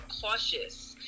cautious